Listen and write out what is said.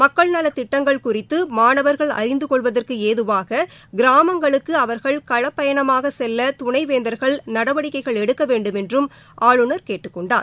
மக்கள் நலத் திட்டங்கள் குறித்து மாணவா்கள் அறிந்து கொள்வதற்கு ஏதுவாக கிராமங்களுக்கு அவா்கள் களப் பயணமாக செல்ல துணைவேந்தர்கள் நடவடிக்கைகள் எடுக்க வேண்டுமென்றும் ஆளுநர் கேட்டுக் கொண்டார்